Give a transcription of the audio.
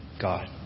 God